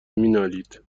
مینالید